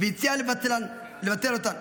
והציע לבטל אותן.